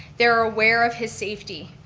they're aware of his safety.